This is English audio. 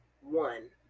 one